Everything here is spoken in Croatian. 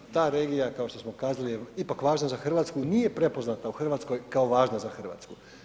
Ta regija kao što smo kazali je ipak važna za Hrvatsku, nije prepoznata u Hrvatskoj kao važna za Hrvatsku.